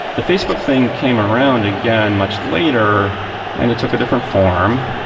the facebook thing came around again much later and it took a different form.